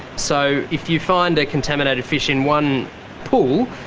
so if you find a contaminated fish in one pool,